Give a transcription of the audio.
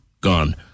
gone